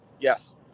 Yes